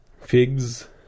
figs